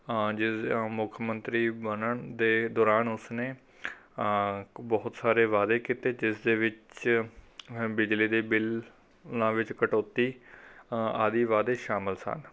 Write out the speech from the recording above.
ਜਿਸ ਮੁੱਖ ਮੰਤਰੀ ਬਣਨ ਦੇ ਦੌਰਾਨ ਉਸਨੇ ਬਹੁਤ ਸਾਰੇ ਵਾਅਦੇ ਕੀਤੇ ਜਿਸਦੇ ਵਿੱਚ ਬਿਜਲੀ ਦੇ ਬਿੱਲ ਉਹਨਾਂ ਵਿੱਚ ਕਟੌਤੀ ਆਦਿ ਵਾਅਦੇ ਸ਼ਾਮਲ ਸਨ